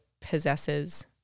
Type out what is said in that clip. possesses